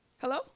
hello